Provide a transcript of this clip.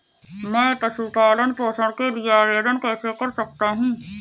मैं पशु पालन पोषण के लिए आवेदन कैसे कर सकता हूँ?